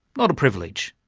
not a privilege.